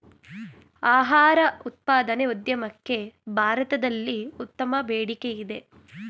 ಆಹಾರ ಉತ್ಪಾದನೆ ಉದ್ಯಮಕ್ಕೆ ಭಾರತದಲ್ಲಿ ಉತ್ತಮ ಬೇಡಿಕೆಯಿದೆ